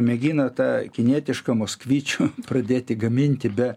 mėgina tą kinietišką moskvičių pradėti gaminti be